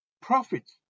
profit